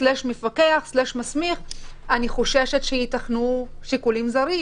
מפקח/ מסמיך אני חוששת שייתכנו שיקולים זרים,